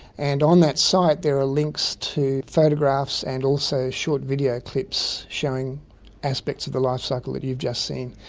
and on that site there are links to photographs and also short video clips showing aspects of the lifecycle that you've just seen.